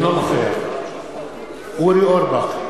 אינו נוכח אורי אורבך,